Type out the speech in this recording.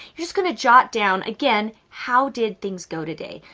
you're just going to jot down again, how did things go today?